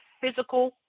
physical